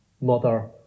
mother